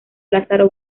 lázaro